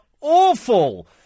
awful